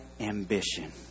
ambition